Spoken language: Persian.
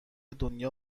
دنیا